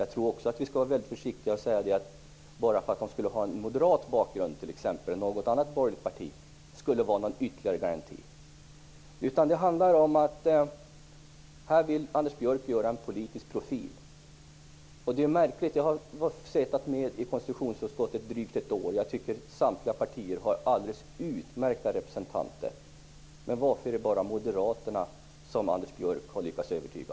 Jag tror också att vi skall vara väldigt försiktiga med att säga att det skulle vara ytterligare en garanti att de har moderat bakgrund eller att de har en bakgrund i något annat borgerligt parti. Det handlar här om att Anders Björck vill göra detta till en politisk profilfråga. Jag har suttit med i konstitutionsutskottet i drygt ett år och tycker att samtliga partier har alldeles utmärkta representanter. Men varför är det bara Moderaterna som Anders Björck har lyckats övertyga?